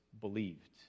believed